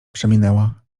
przeminęła